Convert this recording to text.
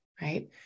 Right